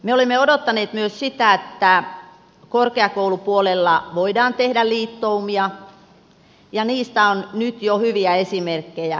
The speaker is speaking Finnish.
me olemme odottaneet myös sitä että korkeakoulupuolella voidaan tehdä liittoumia ja niistä on nyt jo hyviä esimerkkejä